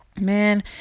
man